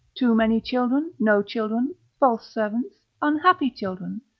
too many children, no children, false servants, unhappy children,